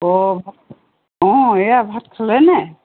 অঁ ভাত অঁ এইয়া ভাত খালেনে